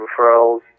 referrals